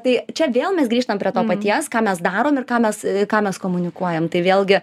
tai čia vėl mes grįžtam prie to paties ką mes darom ir ką mes ką mes komunikuojam tai vėlgi